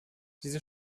diese